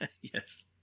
Yes